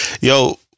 Yo